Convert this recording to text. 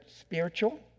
spiritual